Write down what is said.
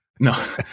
No